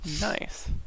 Nice